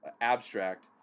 Abstract